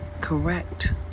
correct